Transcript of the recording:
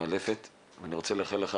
אני רוצה לאחל לך